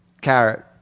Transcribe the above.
Carrot